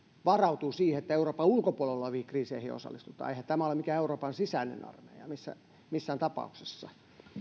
varautuu siihen että euroopan ulkopuolella oleviin kriiseihin osallistutaan eihän tämä ole mikään euroopan sisäinen armeija missään tapauksessa